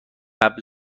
قبل